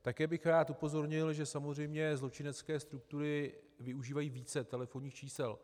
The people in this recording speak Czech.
Také bych rád upozornil, že samozřejmě zločinecké struktury využívají více telefonních čísel.